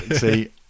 see